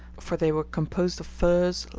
for they were composed of firs,